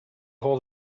hold